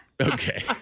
Okay